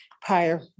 prior